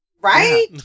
Right